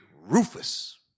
Rufus